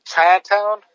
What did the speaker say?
Chinatown